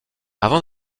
avant